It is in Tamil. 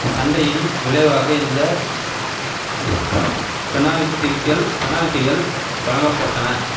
சண்டையின் விளைவாக இந்த பெனாலிடிக்கள் பெனாலிட்டிகள் வழங்கப்பட்டன